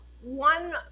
one